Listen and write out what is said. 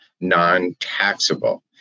non-taxable